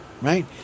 right